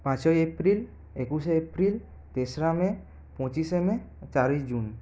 পাঁচই এপ্রিল একুশে এপ্রিল তেশরা মে পঁচিশে মে চারই জুন